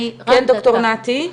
כן, ד"ר נתי.